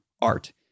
art